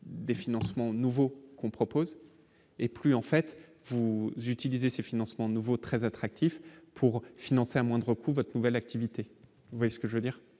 des financements nouveaux qu'on propose et plus en fait, vous utilisez ces financements nouveaux très attractif pour financer à moindre coût, votre nouvelle activité, vous voyez ce que je veux dire,